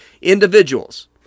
individuals